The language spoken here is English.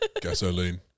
Gasoline